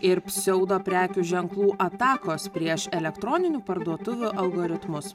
ir pseudo prekių ženklų atakos prieš elektroninių parduotuvių algoritmus